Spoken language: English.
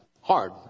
hard